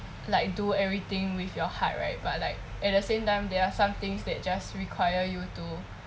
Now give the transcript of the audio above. like do everything with your heart right but like at the same time there are some things that just require you to